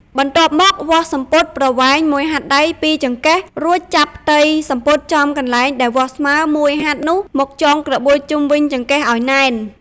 បន្ទាប់មកវាស់សំពត់ប្រវែងមួយហាត់ដៃពីចង្កេះរួចចាប់ផ្ទៃសំពត់ចំកន្លែងដែលវាស់ស្មើមួយហាត់នោះមកចងក្របួចជុំវិញចង្កេះឲ្យណែន។